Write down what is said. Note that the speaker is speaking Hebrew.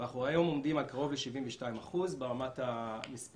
והיום אנחנו עומדים על קרוב ל-72% ברמת המספרים.